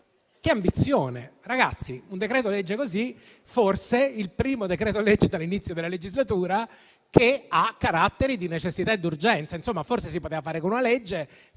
Che ambizione! Ragazzi, un decreto-legge così è forse il primo decreto-legge, dall'inizio della legislatura, ad avere i caratteri della necessità e dell'urgenza. Forse lo si poteva fare con una legge,